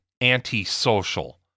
anti-social